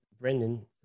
Brendan